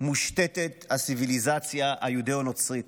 מושתתת הציביליזציה היודו-נוצרית,